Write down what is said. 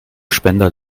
spender